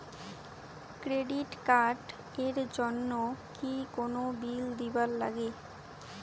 Credit card এর জন্যে কি কোনো বিল দিবার লাগে?